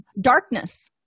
Darkness